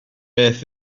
beth